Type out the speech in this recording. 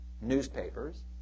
newspapers